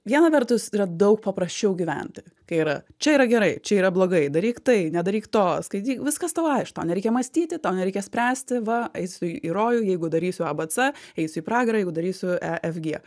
viena vertus yra daug paprasčiau gyventi kai yra čia yra gerai čia yra blogai daryk tai nedaryk to skaityk viskas tau aiš iš to nereikia mąstyti tau nereikia spręsti va eisiu į rojų jeigu darysiu abc eisiu į pragarą jeigu darysiu efg